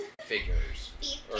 figures